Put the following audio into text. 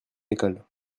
école